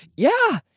yeah,